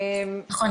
נכון.